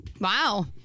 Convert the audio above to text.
Wow